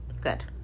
Good